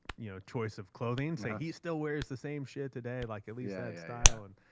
you know, choice of clothing, saying, he still wears the same shit today, like, at least, that style. and